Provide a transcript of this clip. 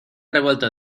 revuelto